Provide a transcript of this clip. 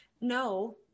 no